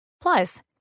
Plus